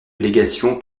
légation